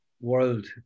world